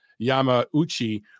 Yamauchi